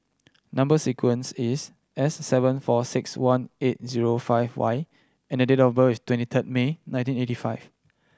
number sequence is S seven four six one eight zero five Y and date of birth is twenty third May nineteen eighty five